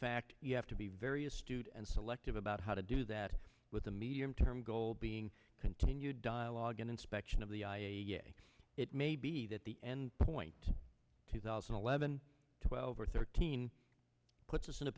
fact you have to be very astute and selective about how to do that with the medium term goal being continued dialogue and inspection of the it may be that the end point two thousand and eleven twelve or thirteen puts us in a